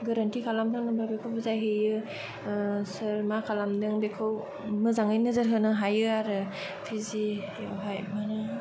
गोरोन्थि खालामदोंब्ला बेखौ बुजायहैयो सोर मा खालामदों बेखौ मोजाङै नोजोर होनो हायो आरो पि जि आमफ्राय मा होनो